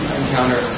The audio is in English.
encounter